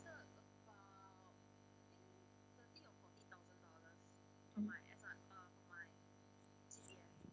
mm